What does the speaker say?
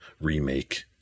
remake